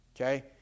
okay